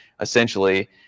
essentially